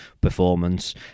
performance